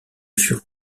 furent